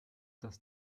dass